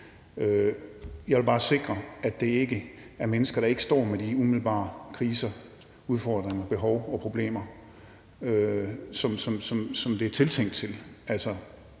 Jeg vil bare sikre, at det ikke er mennesker, der ikke står med de umiddelbare kriser, udfordringer, behov og problemer, som er dem, det er tiltænkt.